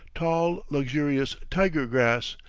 tall, luxurious tiger-grass,